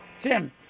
Jim